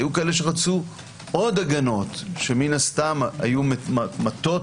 היו כאלה שרוצים עוד הגנות שמן הסתם היו מטות